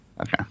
okay